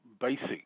basic